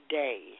day